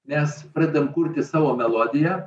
mes pradedam kurti savo melodiją